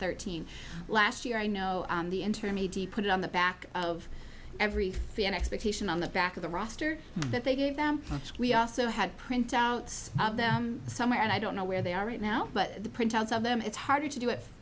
thirteen last year i know the interim put it on the back of every fan expectation on the back of the roster that they gave them we also had printouts somewhere and i don't know where they are right now but the printouts of them it's harder to do it